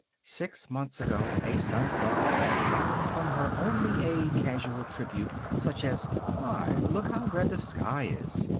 six months ago a sunset had wrung from her only a casual tribute, such as my! look how red the sky is!